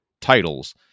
titles